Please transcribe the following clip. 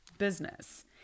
business